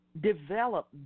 develop